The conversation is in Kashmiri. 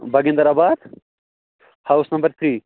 باگِنٛدر آباد ہاوُس نمبر تھرٛی